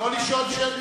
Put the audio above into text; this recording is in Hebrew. לא לשאול שאלות.